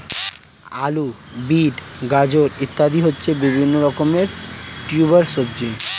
আলু, বিট, গাজর ইত্যাদি হচ্ছে বিভিন্ন রকমের টিউবার সবজি